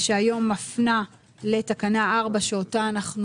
שהיום מפנה לתקנה 4, שאותה אנחנו